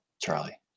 Charlie